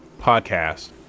podcast